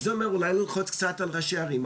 וזה אומר אולי ללחוץ קצת על ראשי ערים,